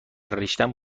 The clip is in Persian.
رشتهام